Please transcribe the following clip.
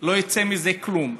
לא יצא מזה כלום,